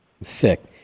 Sick